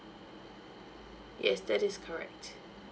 yes that is correct